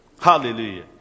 Hallelujah